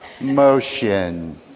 motion